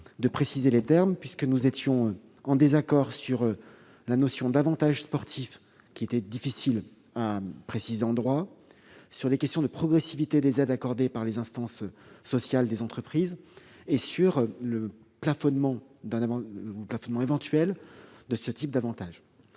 d'améliorer le texte. Nous étions, en effet, en désaccord sur la notion d'avantage sportif qui restait difficile à préciser en droit, sur la progressivité des aides accordées par les instances sociales des entreprises et sur le plafonnement éventuel de ce type d'avantage.